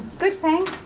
good thank